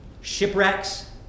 shipwrecks